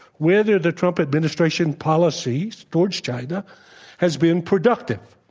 whether the trump administration policies towards china has been productive.